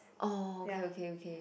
oh okay okay okay